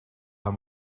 rhan